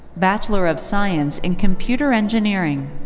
bachelor of science in computer engineering.